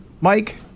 Mike